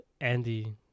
Andy